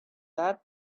that